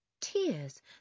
Tears